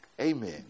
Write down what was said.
Amen